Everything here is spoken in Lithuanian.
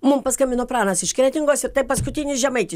mum paskambino pranas iš kretingos ir tai paskutinis žemaitis